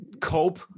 cope